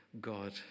God